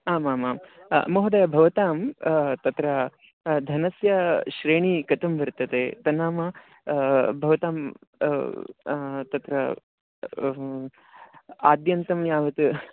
आमामां महोदय भवतां तत्र धनस्य श्रेणी कथं वर्तते तन्नाम भवतां तत्र आद्यन्तं यावत्